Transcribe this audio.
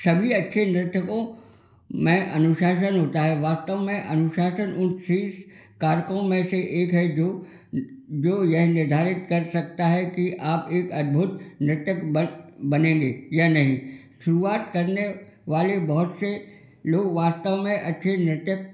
सभी अच्छे नृत्यकों में अनुशासन होता है वास्तव में अनुशासन उन शीर्ष कारकों में से एक है जो जो यह निर्धारित कर सकता है कि आप एक अद्भुत नृत्यक बन बनेंगे या नहीं शुरुआत करने वाले बहुत से लोग वास्तव में अच्छे नृत्यक